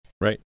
Right